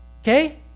okay